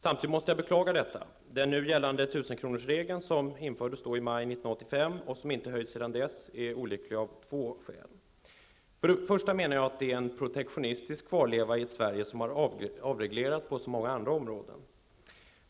Samtidigt måste jag beklaga detta. Den nu gällande 1 000 kronorsregeln, som infördes i maj 1985 och som inte höjts sedan dess, är olycklig av två skäl. För det första menar jag att det är en protektionistisk kvarleva i ett Sverige som har avreglerats på så många andra områden.